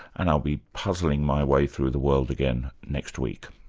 and i'll be puzzling my way through the world again next week